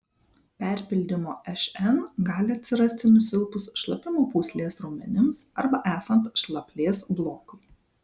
perpildymo šn gali atsirasti nusilpus šlapimo pūslės raumenims arba esant šlaplės blokui